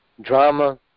drama